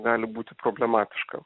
gali būti problematiška